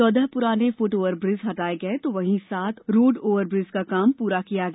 चौदह पुराने foot overbridge हटाये गये तो वहीं सात रोड ओवर ब्रिज का काम पूरा किया गया